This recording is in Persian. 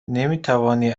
نمیتوانی